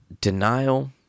denial